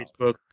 Facebook